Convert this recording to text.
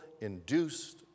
induced